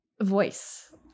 voice